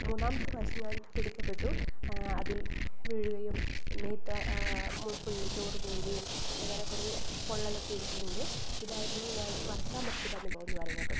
മൂന്നാമത്തെ പ്രാവശ്യം ഞാൻ പിടിക്കപ്പെട്ടു അതിൽ വീഴുകയും മേത്ത് ആ ഫുള്ള് ചോറ് പോവുകയും അങ്ങനെ കുറേ പൊള്ളലൊക്കെ ഏറ്റിട്ടുണ്ട് ഇതായിരുന്നു ഞാൻ മറക്കാൻ പറ്റാത്ത ഒരു അനുഭവം എന്ന് പറയുന്നത്